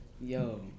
Yo